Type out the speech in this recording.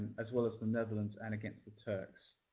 as well as the netherlands and against the turks.